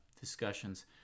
discussions